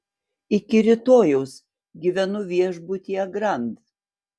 iki rytojaus gyvenu viešbutyje grand